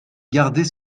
garder